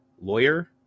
lawyer